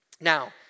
Now